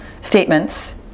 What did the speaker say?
statements